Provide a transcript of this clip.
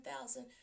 thousand